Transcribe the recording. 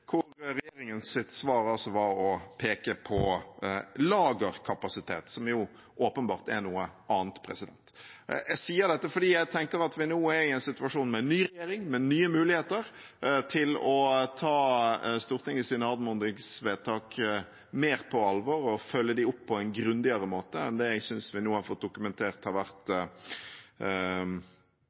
svar var å peke på lagerkapasitet, som jo åpenbart er noe annet. Jeg sier dette fordi jeg tenker at vi nå er i en situasjon med en ny regjering, med nye muligheter til å ta Stortingets anmodningsvedtak mer på alvor og følge dem opp på en grundigere måte enn det jeg synes vi nå har fått dokumentert har vært